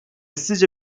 sizce